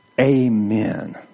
Amen